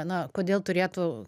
na kodėl turėtų